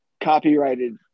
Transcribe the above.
copyrighted